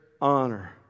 honor